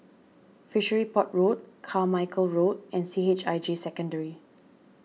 Fishery Port Road Carmichael Road and C H I J Secondary